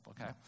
Okay